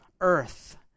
earth